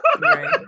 Right